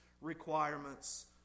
requirements